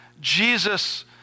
Jesus